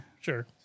Sure